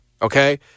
Okay